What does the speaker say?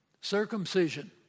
Circumcision